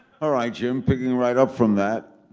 ah right. jim, picking right up from that,